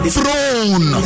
Throne